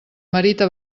merita